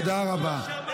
תודה רבה.